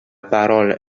parole